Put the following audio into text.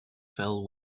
fell